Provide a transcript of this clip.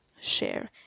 share